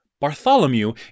Bartholomew